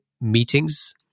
meetings